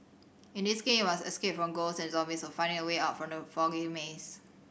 in this game you must escape from ghosts and zombies while finding a way out from the foggy maze